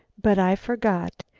but i forgot,